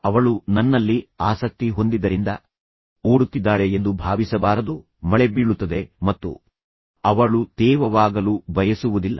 ಅವಳು ನನ್ನಲ್ಲಿ ಆಸಕ್ತಿ ಹೊಂದಿದ್ದರಿಂದ ಓಡುತ್ತಿದ್ದಾಳೆ ಎಂದು ಭಾವಿಸಬಾರದು ಮಳೆ ಬೀಳುತ್ತದೆ ಮತ್ತು ಅವಳು ತೇವವಾಗಲು ಬಯಸುವುದಿಲ್ಲ